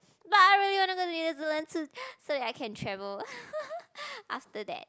but I really want to go to New-Zealand to so that I can travel after that